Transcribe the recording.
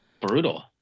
brutal